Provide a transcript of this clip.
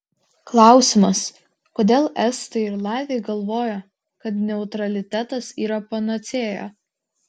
klausimas kodėl estai ir latviai galvojo kad neutralitetas yra panacėja